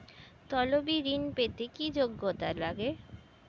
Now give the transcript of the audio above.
তলবি ঋন পেতে কি যোগ্যতা লাগে?